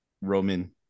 Roman